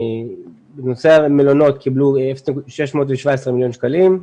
בנושא המלונות קיבלו 617 מיליון שקלים.